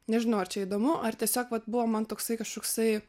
nežinau ar čia įdomu ar tiesiog buvo man toksai kažkoksai